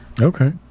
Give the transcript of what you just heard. Okay